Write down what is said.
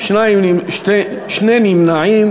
לדיון מוקדם בוועדת הכנסת נתקבלה.